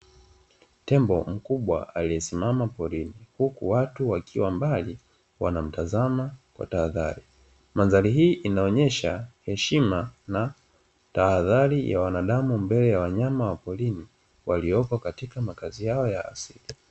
Tembo mkubwa aliyesimama porini, huku watu wakiwa mbali wanamtazama kwa tahadhari. Mandhari hii inaonyesha heshima na tahadhari ya wanadamu mbele ya wanyama wa porini, waliopo katika makazi yao ya asili.